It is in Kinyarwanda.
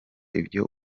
ibyo